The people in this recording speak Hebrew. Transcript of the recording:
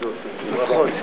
אדוני היושב-ראש,